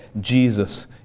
Jesus